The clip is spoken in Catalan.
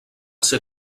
ser